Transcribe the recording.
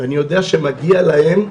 ואני יודע שמגיעות להם תשובות.